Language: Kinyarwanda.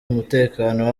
umutekano